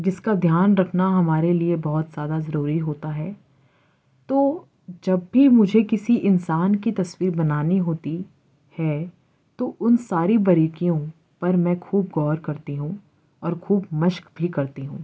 جس کا دھیان رکھنا ہمارے لیے بہت زیادہ ضروری ہوتا ہے تو جب بھی مجھے کسی انسان کی تصویر بنانی ہوتی ہے تو ان ساری باریکیوں پر میں خوب غور کرتی ہوں اور خوب مشق بھی کرتی ہوں